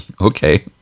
okay